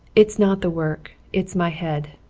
it's not the work it's my head.